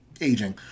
aging